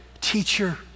teacher